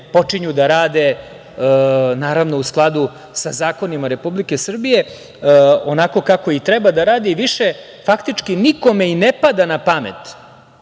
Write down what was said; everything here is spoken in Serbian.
počinju da rade, naravno, u skladu sa zakonima Republike Srbije, onako kako i treba da rade, i više faktički nikome i ne pada na pamet